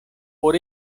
por